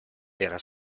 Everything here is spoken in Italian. era